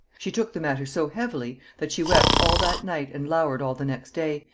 she took the matter so heavily that she wept all that night and lowered all the next day,